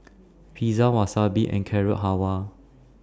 Pizza Wasabi and Carrot Halwa